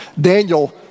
Daniel